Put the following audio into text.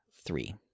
three